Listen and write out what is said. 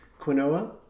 quinoa